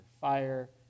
fire